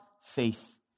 faith